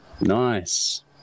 Nice